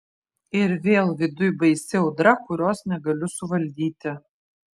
ir vėl viduj baisi audra kurios negaliu suvaldyti